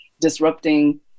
disrupting